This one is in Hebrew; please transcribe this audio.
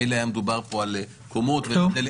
מילא היה מדובר פה על קומות אבל לא,